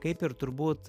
kaip ir turbūt